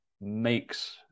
makes